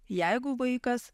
jeigu vaikas